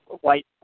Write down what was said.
white